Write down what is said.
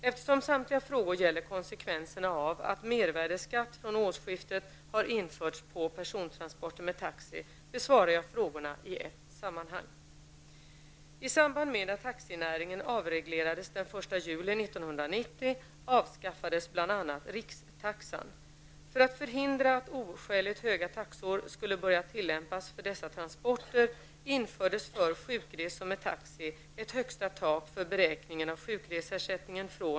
Eftersom samtliga frågor gäller konsekvenserna av att mervärdeskatt från årsskiftet har införts på persontransporter med taxi besvarar jag frågorna i ett sammanhang.